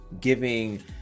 giving